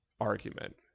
argument